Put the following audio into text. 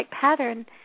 pattern